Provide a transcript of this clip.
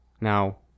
Now